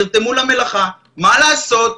נרתמו למלאכה מה לעשות?